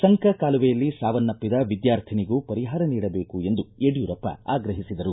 ಸಂಕ ಕಾಲುವೆಯಲ್ಲಿ ಸಾವನ್ನಪ್ಪಿದ ವಿದ್ಯಾರ್ಥಿನಿಗೂ ಪರಿಹಾರ ನೀಡಬೇಕು ಎಂದು ಯಡ್ಕೂರಪ್ಪ ಆಗ್ರಹಿಸಿದರು